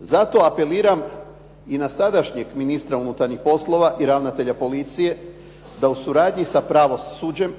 Zato apeliram i na sadašnjeg ministra unutarnjih poslova i ravnatelja policije da u suradnji sa pravosuđem